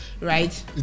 right